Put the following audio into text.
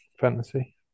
fantasy